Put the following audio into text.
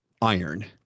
Iron